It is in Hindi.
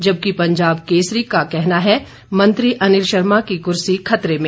जबकि पंजाब केसरी का कहना है मंत्री अनिल शर्मा की कुर्सी खतरे में